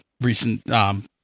recent